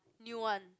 new one